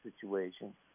situation